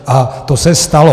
A to se stalo.